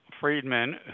Friedman